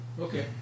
Okay